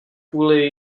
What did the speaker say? kvůli